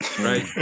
Right